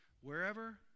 wherever